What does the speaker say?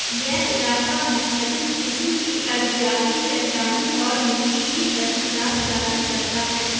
یہ علاقہ مختلف قسم کی ارضیاتی چٹانی اور مٹی کی تشکیلات ظاہر کرتا ہے